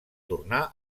tornar